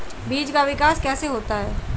बीज का विकास कैसे होता है?